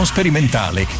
Sperimentale